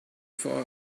for